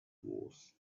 wars